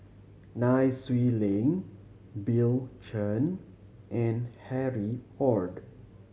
Nai Swee Leng Bill Chen and Harry Ord